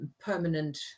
permanent